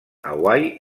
hawaii